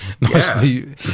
nicely